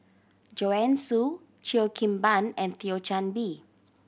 Joanne Soo Cheo Kim Ban and Thio Chan Bee